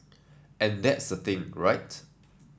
and that's the thing right